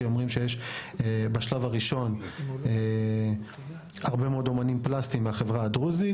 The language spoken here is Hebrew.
כי אומרים שיש בשלב הראשון הרבה מאוד אומנים פלסטיים מהחברה הדרוזית.